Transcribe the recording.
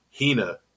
Hina